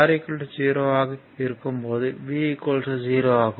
R 0 ஆக இருக்கும்ப்போது V 0 ஆகும்